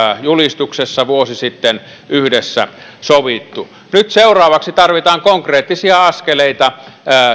julkistuksessa vuosi sitten yhdessä sovittu nyt seuraavaksi tarvitaan konkreettisia askeleita